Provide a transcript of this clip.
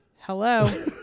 Hello